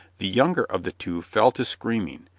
the younger of the two fell to screaming,